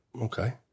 Okay